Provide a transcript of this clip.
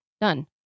done